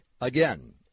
Again